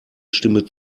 stimme